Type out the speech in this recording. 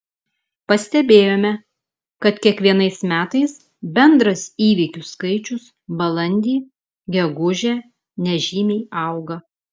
pastebėjome kad kiekvienais metais bendras įvykių skaičius balandį gegužę nežymiai auga